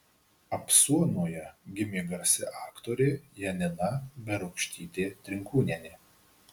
apsuonoje gimė garsi aktorė janina berūkštytė trinkūnienė